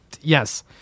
Yes